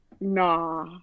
Nah